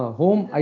home